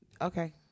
Okay